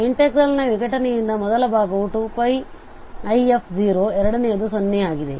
integral ನ ವಿಘಟನೆಯಿಂದ ಮೊದಲ ಭಾಗವು 2πif ಎರಡನೆಯದು 0 ಆಗಿದೆ